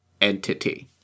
entity